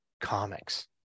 comics